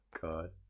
God